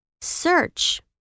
Search